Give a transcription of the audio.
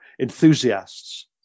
enthusiasts